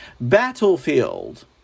battlefield